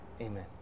Amen